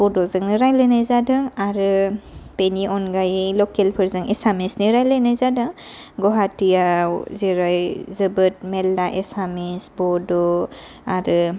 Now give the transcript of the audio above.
बड'जोंनो रायलायनाय जादों आरो बिनि अनगायै लकेलफोरजों एसामिसनि रायलायनाय जादों गुहाटियाव जेरै जोबोर मेरला एसामिस बड' आरो